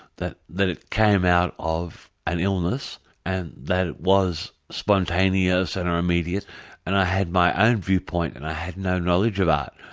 that that it came out of an illness and that it was spontaneous and um immediate and i had my own viewpoint and i had no knowledge of art.